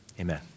Amen